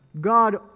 God